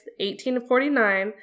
1849